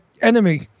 enemy